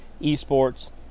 esports